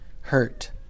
hurt